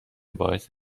باعث